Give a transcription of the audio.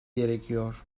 gerekiyor